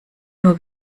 nur